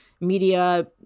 media